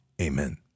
amen